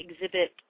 exhibit